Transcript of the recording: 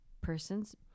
persons